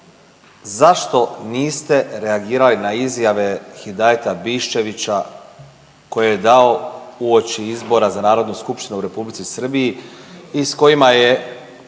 zašto niste reagirali na izjave Hidajeta Biščevića koje je dao uoči izbora za Narodnu skupštinu u Republici Srbiji i s kojima je,